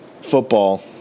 football